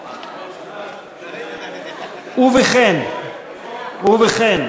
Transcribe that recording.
(תיקון מס' 119), התשע"ה 2015, נתקבל.